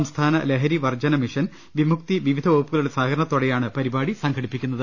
സംസ്ഥാന ലഹരിവർജ്ജന മിഷൻ വിമുക്തി വിവിധ പ്പകുപ്പുകളുടെ സഹകരണത്തോടെയാണ് പരിപാടി സംഘടിപ്പിക്കുന്നത്